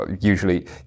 usually